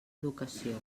educació